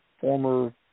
former